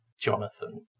Jonathan